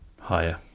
Higher